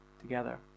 together